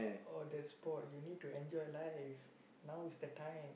oh that's bored you need to enjoy life now is the time